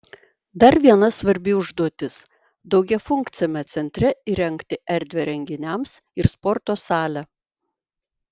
dar viena svarbi užduotis daugiafunkciame centre įrengti erdvę renginiams ir sporto salę